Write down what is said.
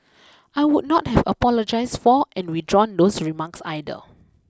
I would not have apologized for and withdrawn those remarks either